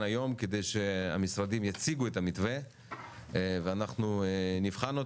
היום כדי שהמשרדים יציגו את המתווה ואנחנו נבחן אותו,